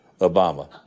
Obama